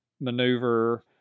maneuver